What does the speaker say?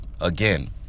again